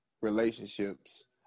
relationships